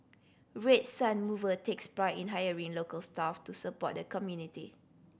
Red Sun Mover takes pride in hiring local staff to support the community